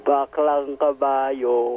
Baklang-kabayo